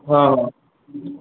હા